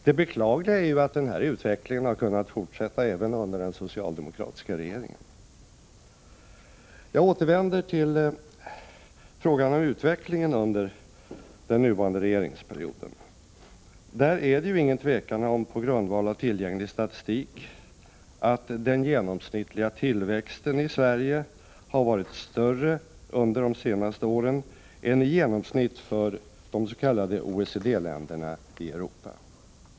Det beklagliga är ju att den här utvecklingen kunnat fortsätta även under den socialdemokratiska regeringen. Jag återvänder till frågan om utvecklingen under den nuvarande regeringsperioden. Det är ju ingen tvekan om, på grundval av tillgänglig statistik, att den genomsnittliga tillväxten i Sverige har varit större under de senaste åren än i genomsnitt för de s.k. OECD-länderna i Europa.